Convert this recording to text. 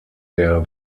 der